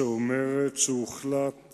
שאומרת שהוחלט